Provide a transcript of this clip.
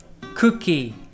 cookie